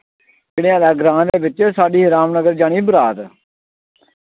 कन्येला ग्रां दे बिच साढ़ी रामनगर जानी बरात